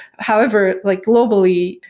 however, like globally,